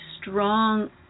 strong